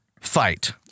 fight